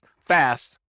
fast